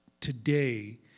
today